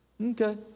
Okay